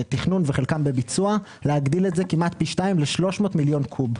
וחלקן בתהליך ביצוע להגדיל את זה כמעט פי שתיים ל-300 מיליון קוב.